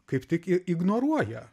kaip tik i ignoruoja